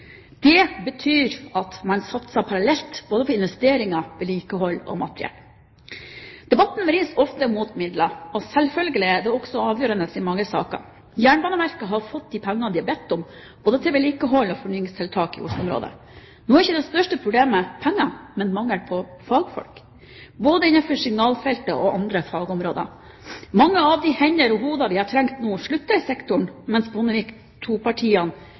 Det betyr at man satser parallelt både på investeringer, vedlikehold og materiell. Debatten vris ofte mot midler, og selvfølgelig er det avgjørende i mange saker. Jernbaneverket har fått de pengene de har bedt om, både til vedlikehold og fornyingstiltak i Oslo-området. Nå er ikke det største problemet penger, men mangel på fagfolk, både innenfor signalfeltet og på andre fagområder. Mange av de hender og hoder vi hadde trengt nå, sluttet i sektoren mens Bondevik